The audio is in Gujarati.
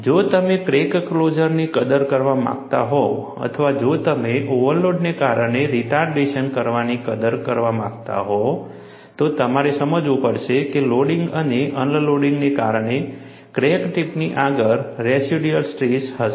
જો તમે ક્રેક ક્લોઝરની કદર કરવા માંગતા હોવ અથવા જો તમે ઓવરલોડને કારણે રિટર્ડેશન અસરની કદર કરવા માંગતા હોવ તો તમારે સમજવું પડશે કે લોડિંગ અને અનલોડિંગને કારણે ક્રેક ટિપની આગળ રેસિડ્યુઅલ સ્ટ્રેસ હશે